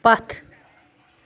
پتھ